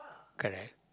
correct